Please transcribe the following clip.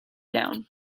down